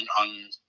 on